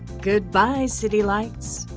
good bye city lights.